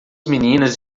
meninas